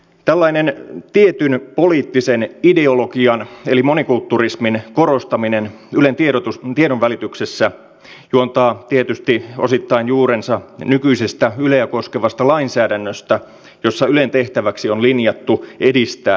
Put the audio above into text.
tällainen tietyn poliittisen ideologian eli monikulturismin korostaminen ylen tiedonvälityksessä juontaa tietysti osittain juurensa nykyisestä yleä koskevasta lainsäädännöstä jossa ylen tehtäväksi on linjattu edistää monikulttuurisuutta